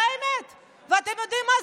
זו האמת, ואתם יודעים מה?